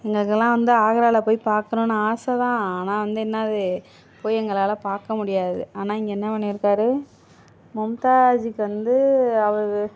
எங்களுக்கெல்லாம் வந்து ஆக்ராவில் போய் பார்க்கணுன்னு ஆசை தான் ஆனால் வந்து என்னாது போய் எங்களால் பார்க்க முடியாது ஆனால் இங்கே என்ன பண்ணியிருக்காரு மும்தாஜ்க்கு வந்து அவர்